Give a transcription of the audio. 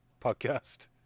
podcast